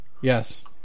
Yes